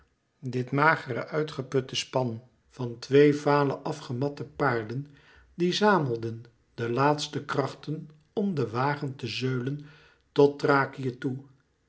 dit uitgeputte magere span van twee vale afgematte paarden die zamelden de laatste krachten om den wagen te zeulen tot thrakië toe